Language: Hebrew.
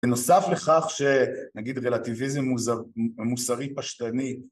בנוסף לכך שנגיד רלטיביזם מוסרי פשטני